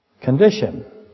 condition